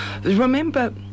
Remember